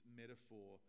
metaphor